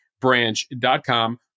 Branch.com